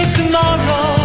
tomorrow